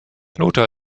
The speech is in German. lothar